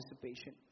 participation